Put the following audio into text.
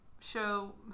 show